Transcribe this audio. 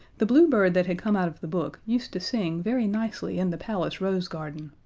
the blue bird that had come out of the book used to sing very nicely in the palace rose garden,